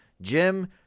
Jim